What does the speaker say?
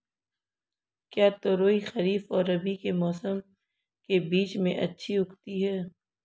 क्या तोरियां खरीफ और रबी के मौसम के बीच में अच्छी उगती हैं?